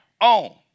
own